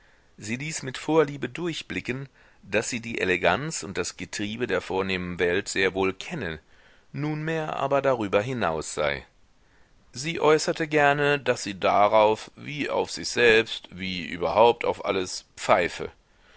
sie ließ mit vorliebe durchblicken daß sie die eleganz und das getriebe der vornehmen welt sehr wohl kenne nunmehr aber darüber hinaus sei sie äußerte gerne daß sie darauf wie auf sich selbst wie überhaupt auf alles pfeife